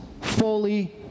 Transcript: fully